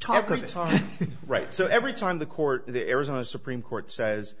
talk right so every time the court the arizona supreme court says